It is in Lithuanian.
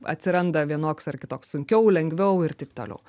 atsiranda vienoks ar kitoks sunkiau lengviau ir taip toliau